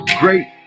great